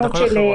תקנות אחרות.